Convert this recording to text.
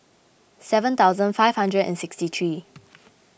seven thousand five hundred and sixty three